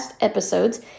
episodes